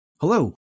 Hello